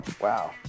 Wow